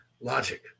Logic